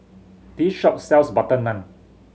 this shop sells butter naan